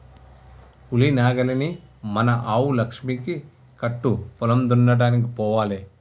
ఉలి నాగలిని మన ఆవు లక్ష్మికి కట్టు పొలం దున్నడానికి పోవాలే